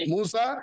Musa